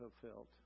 fulfilled